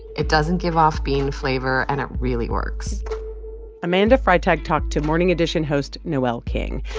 it doesn't give off bean flavor, and it really works amanda freitag talked to morning edition host noel king.